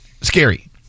Scary